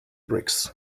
bricks